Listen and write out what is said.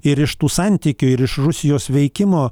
ir iš tų santykių ir iš rusijos veikimo